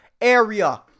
area